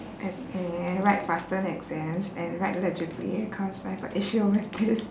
and write faster in exams and write legibly cause I got issue over this